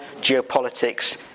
geopolitics